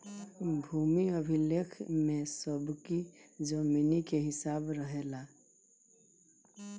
भूमि अभिलेख में सबकी जमीनी के हिसाब रहेला